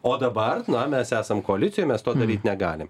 o dabar mes esam koalicijoj mes to daryt negalime